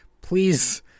Please